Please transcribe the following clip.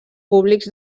públics